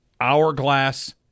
hourglass